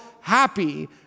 happy